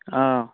ꯑꯥ